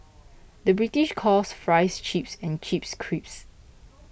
the British calls Fries Chips and Chips Crisps